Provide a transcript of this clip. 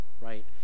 right